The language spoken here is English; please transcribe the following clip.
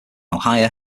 ohio